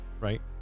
Right